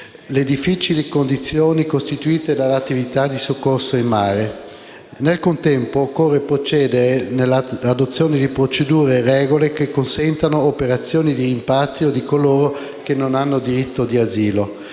le difficili condizioni costituite dalle attività di soccorso in mare. Nel contempo, occorre procedere nell'adozione di procedure e regole che consentano operazioni di rimpatrio di coloro che non hanno diritto di asilo.